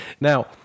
Now